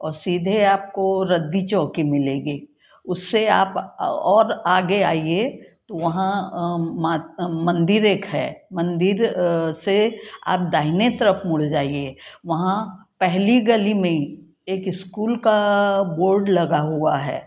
और सीधे आपको रद्दी चौकी मिलेगी उससे आप और आगे आइए तो वहाँ मंदिर एक है मंदिर से आप दाहिने तरफ़ मुड़ जाइए वहाँ पहली गली में एक इस्कूल का बोर्ड लगा हुआ है